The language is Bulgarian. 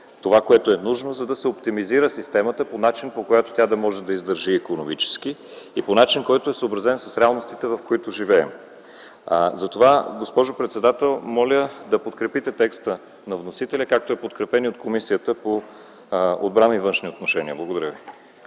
това, което е нужно, за да се оптимизира системата по начин, че тя да може да издържи икономически, и по начин, съобразен с реалностите, в които живеем. Затова, госпожо председател, моля да подкрепите текста на вносителя, както е подкрепен и от Комисията по външна политика и отбрана. Благодаря ви.